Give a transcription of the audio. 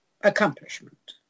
Accomplishment